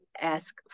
ask